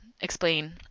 explain